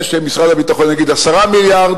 נראה שמשרד הביטחון יגיד 10 מיליארד